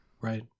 Right